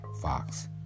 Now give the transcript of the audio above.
Fox